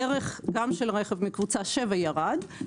ערך גם של רכב מקבוצה שבע ירד,